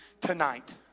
tonight